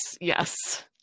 Yes